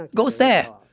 ghost there.